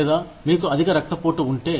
లేదా మీకు అధిక రక్తపోటు ఉంటే